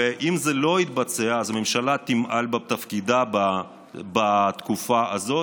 ואם זה לא יתבצע אז הממשלה תמעל בתפקידה בתקופה הזאת.